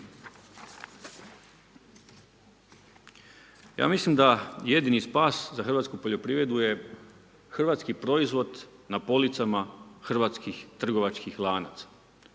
ja mislim da jedini spas za hrvatsku poljoprivredu je hrvatski proizvod na policama hrvatskih trgovačkih lanaca.